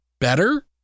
better